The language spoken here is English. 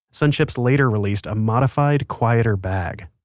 sunchips later released a modified, quieter bag.